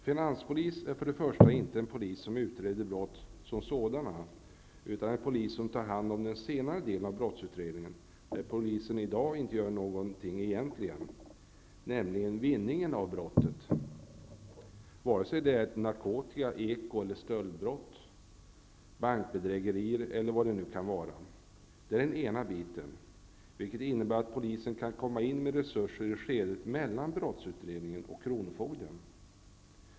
Först och främst: En finanspolis utreder inte brott som sådana, utan tar hand om den delen av brottsutredningen där polisen i dag egentligen inte gör någonting, nämligen vinningen av brottet, vare sig det gäller narkotika-, eko eller stöldbrott, bankbedrägerier eller vad det nu kan vara. Det är den ena biten, vilket innebär att polisen kan komma in med resurser i skedet mellan brottsutredningen och kronofogden.